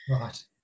right